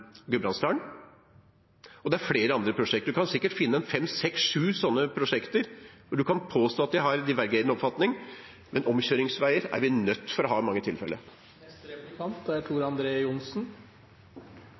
og det er flere andre prosjekter. Man kan sikkert finne fem–seks–sju prosjekter hvor man kan påstå at jeg har divergerende oppfatning, men omkjøringsveier er vi nødt til å ha i mange tilfeller. Som representanten Nævra sa i sitt innlegg, er